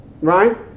right